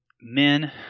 men